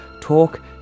talk